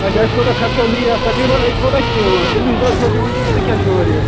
اَچھا اَسہِ کوتاہ خرچہِ یِیہِ اتھ تَقریباً کوتاہ چھِ دِوان کِلوٗ حِساب چھِو حظ ہٮ۪وان کِنہٕ تُہۍ کیٛاہ چھِو ہٮ۪وان ریٹ